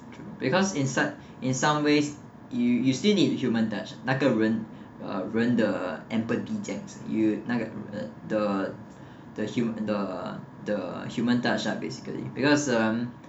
because inside in some ways you you still need human touch 那个人 uh 人的 empathy 这样子有那个的 the the human the the human touch up basically because um